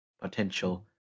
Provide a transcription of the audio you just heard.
potential